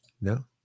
No